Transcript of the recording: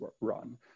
run